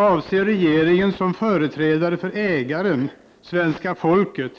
Avser regeringen som företrädare för ägaren, svenska folket,